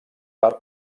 per